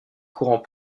courants